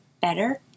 better